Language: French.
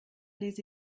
les